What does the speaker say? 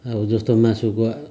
अब जस्तो मासुको